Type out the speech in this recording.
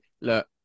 look